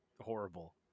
horrible